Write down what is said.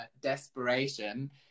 desperation